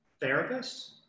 therapists